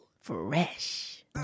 Fresh